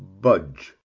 budge